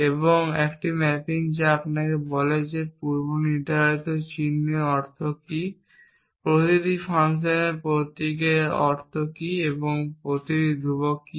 এবং একটি ম্যাপিং যা আপনাকে বলে যে পূর্বনির্ধারিত চিহ্নের অর্থ কী প্রতিটি ফাংশন প্রতীকের অর্থ কী এবং প্রতিটি ধ্রুবক কী